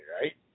right